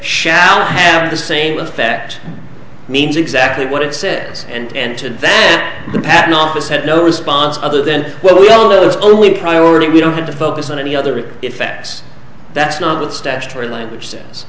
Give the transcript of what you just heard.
shall have the same effect means exactly what it says and to invent the patent office had no response other than what we call it was only priority we don't have to focus on any other effects that's not what statutory language since